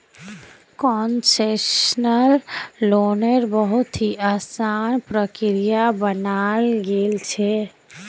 concessional लोन्नेर बहुत ही असान प्रक्रिया बनाल गेल छे